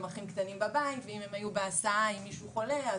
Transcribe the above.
אחים קטנים בבית ואם הם היו בהסעה עם מישהו חולה,